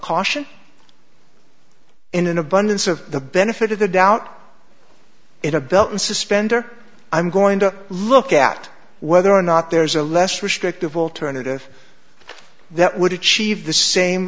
caution in an abundance of the benefit of the doubt in a belt and suspenders i'm going to look at whether or not there is a less restrictive alternative that would achieve the same